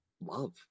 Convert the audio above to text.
love